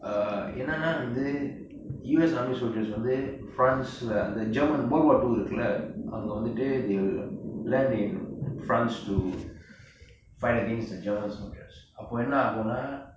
uh என்னன்னா வந்து:ennanaa vanthu U_S army soldiers வந்து:vanthu france :antha german world war two இருக்குல அங்க வந்துட்டு:irukula anga vanthuttu they'll lend in france to fight against the german soldiers அப்பொ என்ன ஆகும்னா:appo enna aagumnaa